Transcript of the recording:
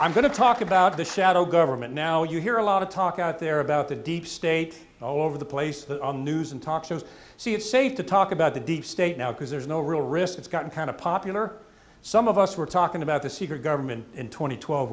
i'm going to talk about the shadow government now you hear a lot of talk out there about the deep state over the place the news and talks of see it safe to talk about the deep state now because there's no real risk it's gotten kind of popular some of us were talking about the secret government in tw